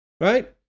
right